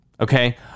okay